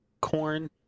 corn